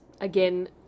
again –